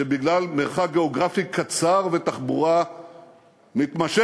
שבגלל מרחק גיאוגרפי קצר ותחבורה מתמשכת,